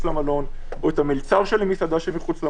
למלון או את המלצר של המסעדה שמחוץ למלון.